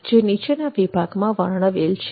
જે નીચેના વિભાગમાં વર્ણવેલ છે